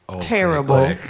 terrible